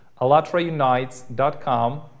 alatraunites.com